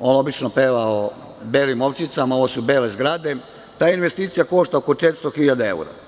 on obično peva o belim ovčicama, ovo su bele zgrade, ta investicija košta oko 400 hiljada evra.